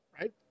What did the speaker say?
Right